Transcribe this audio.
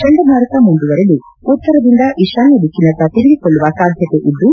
ಚಂಡಮಾರುತ ಮುಂದುವರೆದು ಉತ್ತರದಿಂದ ಈಶಾನ್ಯ ದಿಕ್ಕಿನತ್ತ ತಿರುಗಿಕೊಳ್ಳುವ ಸಾಧ್ಯತೆ ಇದ್ದು